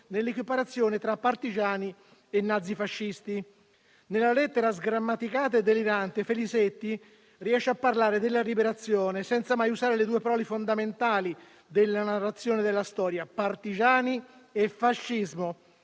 nell'equiparazione tra partigiani e nazifascisti. Nella lettera sgrammaticata e delirante Filisetti riesce a parlare della Liberazione senza mai usare le due parole fondamentali della narrazione della storia: partigiani e fascismo.